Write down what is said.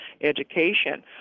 education